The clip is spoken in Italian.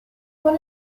con